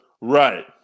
Right